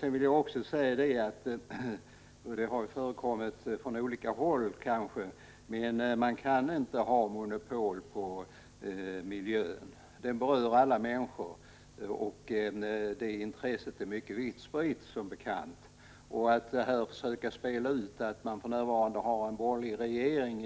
Sedan vill jag säga — det har kanske förekommit från olika håll — att man inte kan ha monopol på miljön. Den berör alla människor, och detta intresse 111 är som bekant mycket vitt spritt. Att försöka skylla på att Danmark har en borgerlig regering